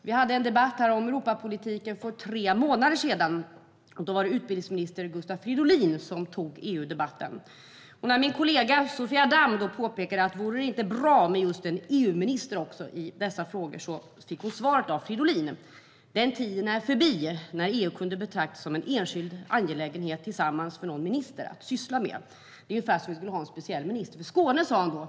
Vi hade en debatt om Europapolitiken för tre månader sedan, och då var det utbildningsminister Gustav Fridolin som tog EU-debatten. När min kollega Sofia Damm påpekade att det kanske vore bra med just en EU-minister i dessa frågor fick hon till svar av Fridolin att tiden då EU kunde betraktas som en enskild angelägenhet för någon minister att syssla med är förbi. Det är ungefär som att vi skulle ha en speciell minister för Skåne, sa han.